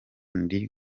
ndi